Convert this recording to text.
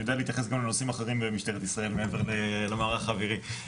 אני יודע להתייחס גם לנושאים אחרים במשטרת ישראל מעבר למערך האווירי.